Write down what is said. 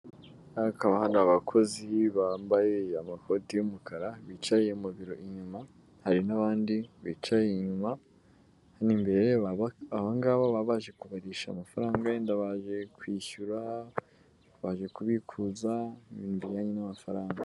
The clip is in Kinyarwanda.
Aha hakaba hari abakozi bambaye amakoti y'umukara, bicaye mu biro inyuma, hari n'abandi bicaye inyuma, hano imbere, aba ngaba baba baje kubarisha amafaranga, yenda baje kwishyura, baje kubikuza ibijyanye n'amafaranga.